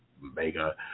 mega